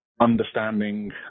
understanding